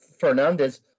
Fernandez